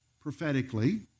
prophetically